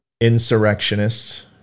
insurrectionists